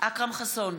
אכרם חסון,